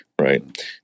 Right